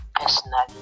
personally